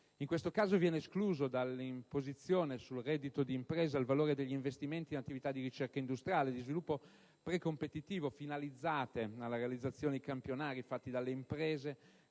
In questo caso viene escluso dall'imposizione sul reddito di impresa il valore degli investimenti in attività di ricerca industriale e di sviluppo precompetitivo, finalizzate alla realizzazione di campionari fatti dalle imprese